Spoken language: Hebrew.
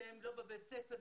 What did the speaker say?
שהם לא בבית ספר,